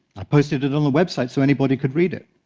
i posted it on the website so anybody could read it.